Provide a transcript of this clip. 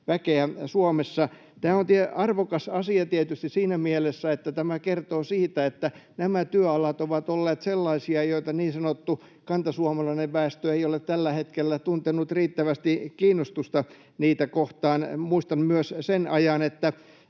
väkeä Suomessa. Tämä on arvokas asia tietysti siinä mielessä, että tämä kertoo siitä, että nämä työalat ovat olleet sellaisia, joita kohtaan niin sanottu kantasuomalainen väestö ei ole tällä hetkellä tuntenut riittävästi kiinnostusta. Muistan myös sen ajan, että